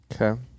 Okay